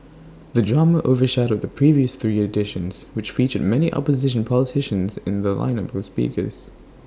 the drama overshadowed the previous three editions which featured many opposition politicians in their lineup of speakers